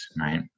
right